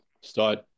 start